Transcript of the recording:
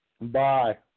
Bye